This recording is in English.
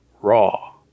RAW